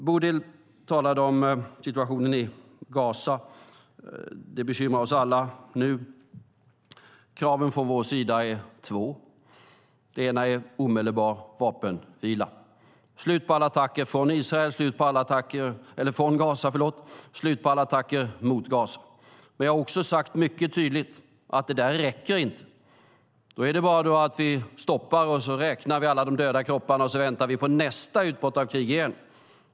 Bodil talade om situationen i Gaza. Den bekymrar oss alla nu. Kraven från vår sida är två. Det ena är omedelbar vapenvila, slut på alla attacker från Gaza och slut på alla attacker mot Gaza. Men jag har också sagt mycket tydligt att det inte räcker. Det innebär bara att vi stoppar, räknar alla de döda kropparna och sedan väntar på nästa utbrott av krig igen.